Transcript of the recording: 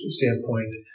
standpoint